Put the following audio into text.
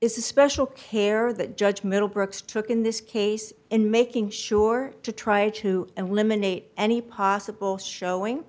is a special care that judge middlebrooks took in this case and making sure to try to eliminate any possible showing